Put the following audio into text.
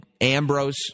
Ambrose